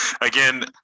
again